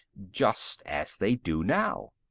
just as they do now.